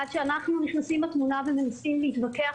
עד שאנחנו נכנסים לתמונה ומנסים להתווכח